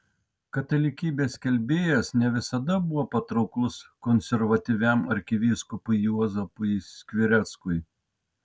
katalikybės skelbėjas ne visada buvo patrauklus konservatyviam arkivyskupui juozapui skvireckui